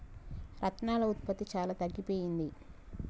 రత్నాల ఉత్పత్తి చాలా తగ్గిపోయింది